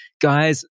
guys